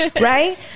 right